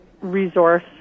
resource